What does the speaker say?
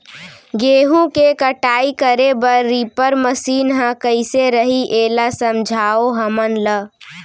गेहूँ के कटाई करे बर रीपर मशीन ह कइसे रही, एला समझाओ हमन ल?